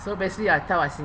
so basically I tell my senior